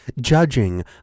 judging